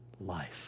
life